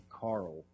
Carl